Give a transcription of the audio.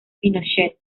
pinochet